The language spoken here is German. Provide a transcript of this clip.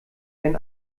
wenn